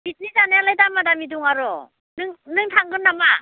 picnic जानायावलाय दामा दामि दं आरो नों नों थांगोन नामा